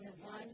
one